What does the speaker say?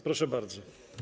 Proszę bardzo.